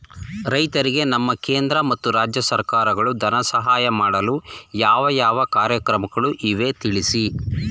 ರೈತರಿಗೆ ನಮ್ಮ ಕೇಂದ್ರ ಮತ್ತು ರಾಜ್ಯ ಸರ್ಕಾರಗಳು ಧನ ಸಹಾಯ ಮಾಡಲು ಯಾವ ಯಾವ ಕಾರ್ಯಕ್ರಮಗಳು ಇವೆ ತಿಳಿಸಿ?